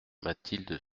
mathilde